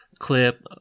Clip